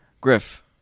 Griff